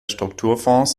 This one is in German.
strukturfonds